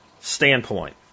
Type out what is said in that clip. standpoint